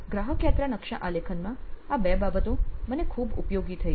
ગ્રાહક યાત્રા નકશા આલેખનમાં આ બે બાબતો મને ખુબ ઉપયોગી થઈ છે